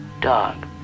Dog